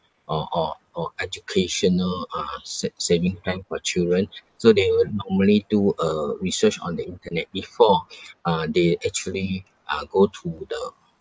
or or or educational uh sa~ saving plan for children so they would normally do a research on the internet before uh they actually uh go to the